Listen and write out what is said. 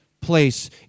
place